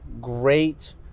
great